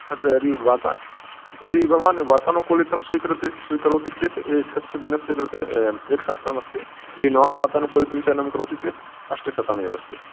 तत्र यदि वाता यदि भवान् वातानुकूलितं स्वीकरोति स्वीकरोति चेत् एकस्य दिनस्य कृते एकसहस्रमस्ति यदि नान् वातानुकूलितं चयनं करोति चेत् अष्टशतमेवास्ति